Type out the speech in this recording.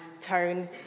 tone